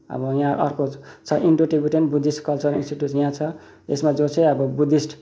यहाँ अर्को छ Indo Tibetan Buddhist culture institute यहाँ छ यसमा जो चाहिँ अब बुद्धिस्ट